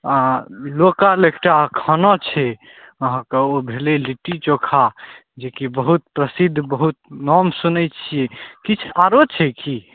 अँ local एकटा खाना छै अहाँके ओ भेलै लिट्टी चोखा जेकि बहुत प्रसिद्ध बहुत नाम सुनै छिए किछु आओर छै कि